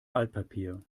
altpapier